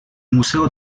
museo